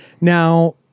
Now